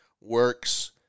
works